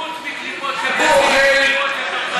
חוץ מקליפות של ביצים וקליפות של תפוחי אדמה,